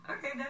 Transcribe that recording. Okay